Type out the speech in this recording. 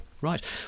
right